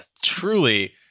truly